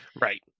Right